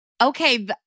okay